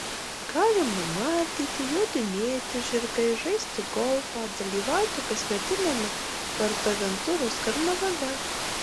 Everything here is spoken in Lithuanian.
galima nardyti jodinėti žirgais žaisti golfą dalyvauti kasmetiniame fuerteventuros karnavale